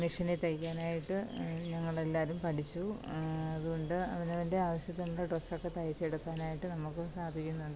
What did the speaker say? മിഷനി തയ്ക്കാനായിട്ട് ഞങ്ങളെല്ലാവരും പഠിച്ചു അതുകൊണ്ട് അവനവന്റെ ആവശ്യത്തിനുള്ള ഡ്രസ്സക്കെ തയ്ച്ചെടുക്കാനായിട്ട് നമുക്കൊക്കെ അറിയുന്നുണ്ട്